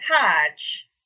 patch